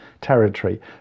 territory